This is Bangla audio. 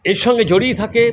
এর সঙ্গে জড়িয়ে থাকে